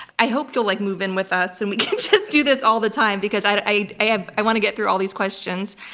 i hope you'll like move in with us and we can just do this all the time, because i i ah want to get through all these questions.